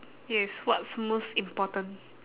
yes what's most important